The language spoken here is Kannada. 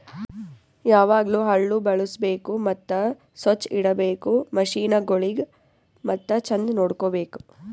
ಯಾವಾಗ್ಲೂ ಹಳ್ಳು ಬಳುಸ್ಬೇಕು ಮತ್ತ ಸೊಚ್ಚ್ ಇಡಬೇಕು ಮಷೀನಗೊಳಿಗ್ ಮತ್ತ ಚಂದ್ ನೋಡ್ಕೋ ಬೇಕು